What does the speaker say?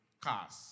cars